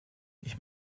ich